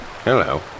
Hello